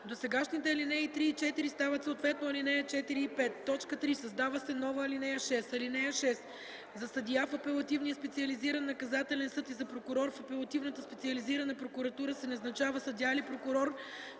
Досегашните алинеи 3 и 4 стават съответно алинеи 4 и 5. 3. Създава се нова ал. 6: „(6) За съдия в апелативния специализиран наказателен съд и за прокурор в апелативната специализирана прокуратура се назначава съдия или прокурор,